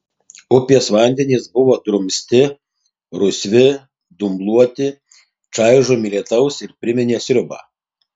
upės vandenys buvo drumsti rusvi dumbluoti čaižomi lietaus ir priminė sriubą